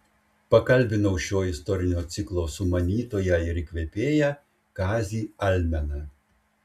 pakalbinau šio istorinio ciklo sumanytoją ir įkvėpėją kazį almeną